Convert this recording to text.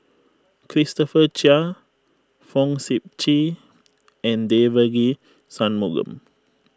Christopher Chia Fong Sip Chee and Devagi Sanmugam